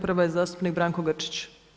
Prva je zastupnik Branko Grčić.